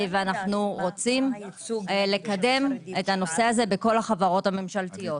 אנו רוצים לקדם את הנושא הזה בכל החברות הממשלתיות.